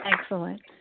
excellent